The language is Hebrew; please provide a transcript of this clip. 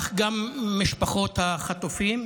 וכך גם משפחות החטופים.